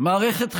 מערכת החינוך,